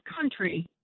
country